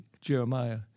Jeremiah